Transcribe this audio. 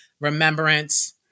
remembrance